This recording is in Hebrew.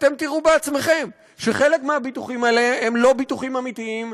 אתם תראו בעצמכם שחלק מהביטוחים האלה הם לא ביטוחים אמיתיים,